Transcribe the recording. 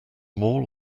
more